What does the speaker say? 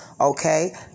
Okay